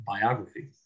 biography